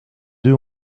deux